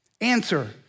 Answer